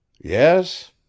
Yes